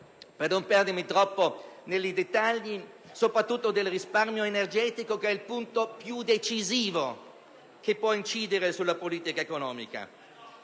Per non perdermi troppo nei dettagli, mi soffermo soprattutto sul risparmio energetico che è l'elemento più decisivo che può incidere sulla politica economica.